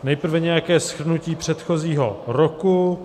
Nejprve nějaké shrnutí předchozího roku.